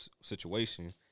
situation